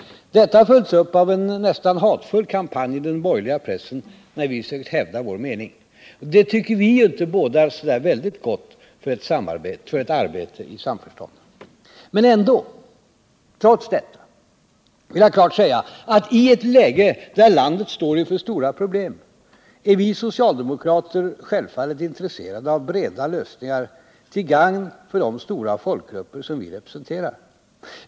Detta har följts upp av en nära nog hatfull kampanj i den borgerliga pressen när vi sökt hävda vår mening. Det bådar inte särskilt gott för ett arbete i samförstånd. Men trots det vill jag säga att vi socialdemokrater, i ett läge där landet står inför stora problem, självfallet är intresserade av breda lösningar till gagn för de stora folkgrupper som vi representerar.